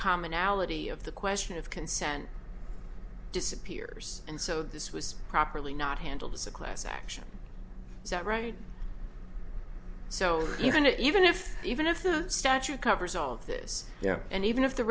commonality of the question of consent disappears and so this was properly not handled as a class action is that right so even to even if even if the statute covers all of this and even if the